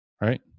Right